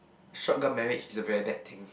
shotgun marriage is a very bad thing